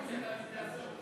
תוסיף שזה היה לפני עשור.